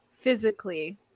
physically